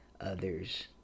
others